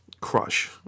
crush